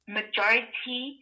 majority